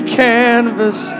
canvas